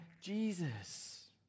Jesus